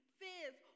fears